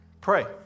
pray